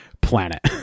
planet